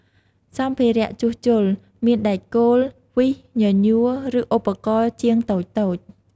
សម្ភារៈជួសជុល មានដែកគោល វីស ញញួរ ឬឧបករណ៍ជាងតូចៗ។